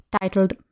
titled